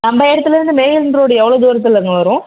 நம்ப இடத்துலருந்து main road எவ்வளோ தூரத்திலங்க வரும்